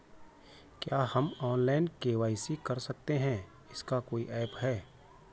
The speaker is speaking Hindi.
क्या हम ऑनलाइन के.वाई.सी कर सकते हैं इसका कोई ऐप है?